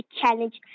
challenge